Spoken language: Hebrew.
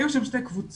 היו שם שתי קבוצות,